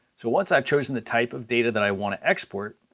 so once i've chosen the type of data that i want to export,